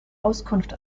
auskunft